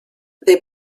they